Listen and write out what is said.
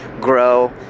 grow